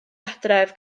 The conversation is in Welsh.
adref